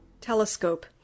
Telescope